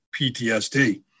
PTSD